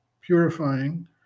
purifying